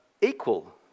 equal